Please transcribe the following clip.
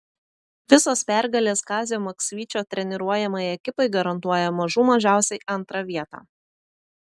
visos pergalės kazio maksvyčio treniruojamai ekipai garantuoja mažų mažiausiai antrą vietą